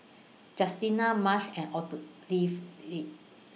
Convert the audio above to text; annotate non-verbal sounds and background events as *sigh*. Justina Marsh and *unintelligible*